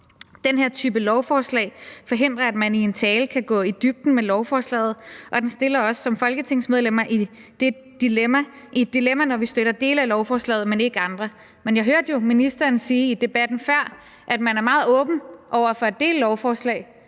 Den her type lovforslag forhindrer, at man i en tale kan gå i dybden med lovforslaget, og den stiller os som folketingsmedlemmer i et dilemma, når vi støtter nogle dele af lovforslaget, men ikke andre. Men jeg hørte jo ministeren sige i debatten før, at man er meget åben over for at dele lovforslag,